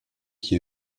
qui